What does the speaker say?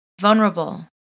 vulnerable